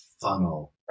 funnel